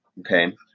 okay